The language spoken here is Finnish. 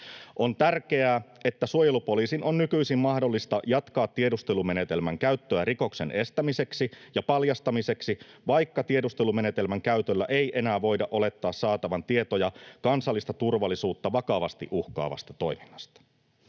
On tärkeää, että suojelupoliisin on nykyisin mahdollista jatkaa tiedustelumenetelmän käyttöä rikoksen estämiseksi ja paljastamiseksi, vaikka tiedustelumenetelmän käytöllä ei enää voida olettaa saatavan tietoja kansallista turvallisuutta vakavasti uhkaavasta toiminnasta.